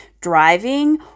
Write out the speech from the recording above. driving